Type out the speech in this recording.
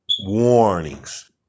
warnings